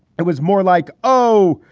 it was more like, oh,